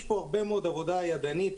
יש פה הרבה מאוד עבודה ידנית,